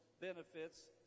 benefits